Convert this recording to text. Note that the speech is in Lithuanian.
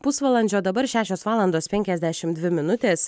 pusvalandžio dabar šešios valandos penkiasdešim dvi minutės